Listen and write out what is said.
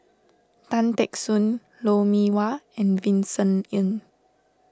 Tan Teck Soon Lou Mee Wah and Vincent Ng